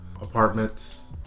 apartments